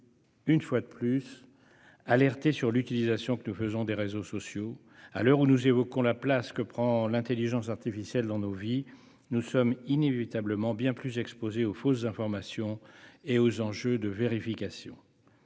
une fois de plus alerter sur l'utilisation que nous faisons des réseaux sociaux. À l'heure où nous évoquons la place que prend l'intelligence artificielle dans nos vies, nous sommes inévitablement bien plus exposés aux fausses informations et aux enjeux de vérification.